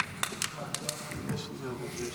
אדוני היושב-ראש.